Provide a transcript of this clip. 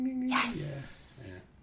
Yes